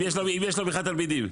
אם יש לו בכלל תלמידים.